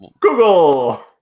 google